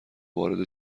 وارد